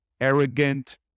arrogant